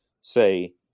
say